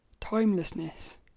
timelessness